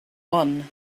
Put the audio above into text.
one